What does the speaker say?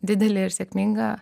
didelė ir sėkminga